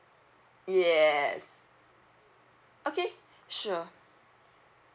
yes okay sure